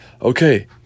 Okay